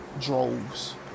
droves